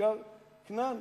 מוזכרת כנען.